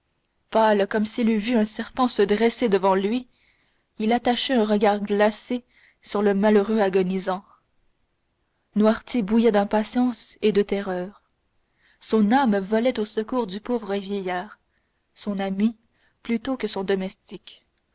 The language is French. pâle comme s'il eût vu un serpent se dresser devant lui il attachait un regard glacé sur le malheureux agonisant noirtier bouillait d'impatience et de terreur son âme volait au secours du pauvre vieillard son ami plutôt que son domestique